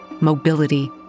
mobility